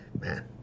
Man